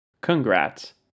Congrats